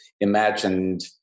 imagined